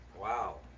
Wow